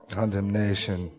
condemnation